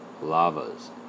lavas